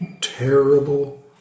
terrible